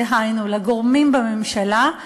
דהיינו לגורמים בממשלה,